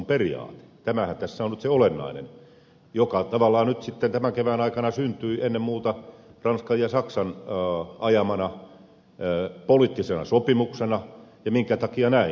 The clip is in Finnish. tämähän tässä on nyt se olennainen joka tavallaan nyt sitten tämän kevään aikana syntyi ennen muuta ranskan ja saksan ajamana poliittisena sopimuksena ja minkä takia näin